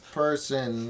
person